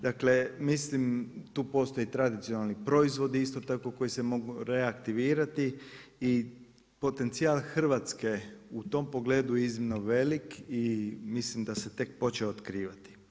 Dakle mislim tu postoji tradicionalni proizvodi isto tako koji se mogu reaktivirati i potencijal Hrvatske u tom pogledu je iznimno velik i mislim da se tek počeo otkrivati.